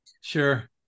Sure